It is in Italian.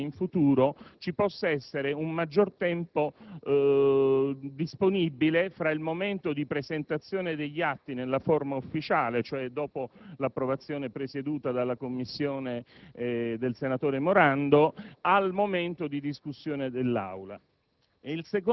che però sottopongo alla vostra attenzione per far sì che in futuro ci possa essere un maggior tempo disponibile tra il momento di presentazione degli atti nella forma ufficiale, e cioè dopo l'approvazione della Commissione presieduta dal senatore Morando,